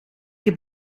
heb